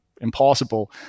impossible